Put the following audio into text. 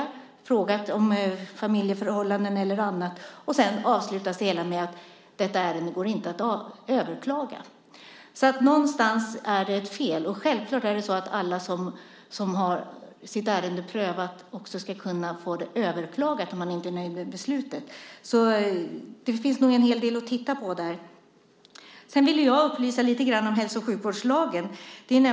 Man har inte frågat om familjeförhållanden och annat. Sedan avslutas det hela med att ärendet inte går att överklaga. Någonstans är det alltså fel. Och självklart ska alla som får sina ärenden prövade också kunna få dem överklagade om de inte är nöjda med beslutet. Så det finns nog en hel del att titta på där. Jag ville upplysa lite grann om hälso och sjukvårdslagen.